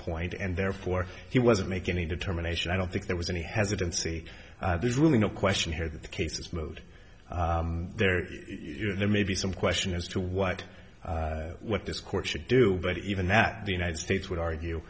point and therefore he wasn't making a determination i don't think there was any hesitancy there's really no question here that the cases mood there there may be some question as to what what this court should do but even that the united states would argue